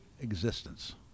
existence